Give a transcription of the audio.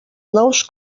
nous